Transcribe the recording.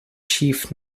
chief